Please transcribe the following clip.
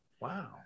Wow